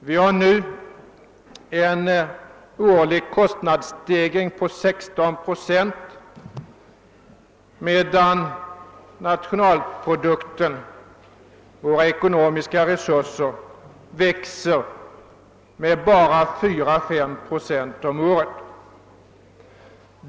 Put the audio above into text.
Vi har nu en årlig kostnadsstegring på 16 procent, samtidigt som nationalprodukten, alltså våra ekonomiska resurser, växer med bara 4—5 procent om året.